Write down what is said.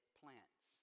plants